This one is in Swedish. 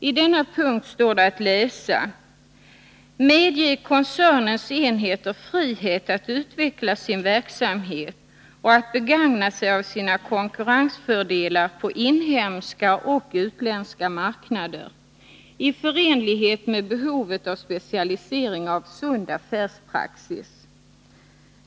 I denna punkt står att läsa: Medge koncernens enheter frihet att utveckla sin verksamhet och att begagna sig av sina konkurrensfördelar på inhemska och utländska marknader, i förenlighet med behovet av specialisering av sund affärspraxis.